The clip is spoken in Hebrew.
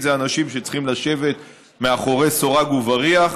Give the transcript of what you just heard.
הם אנשים שצריכים לשבת מאחורי סורג ובריח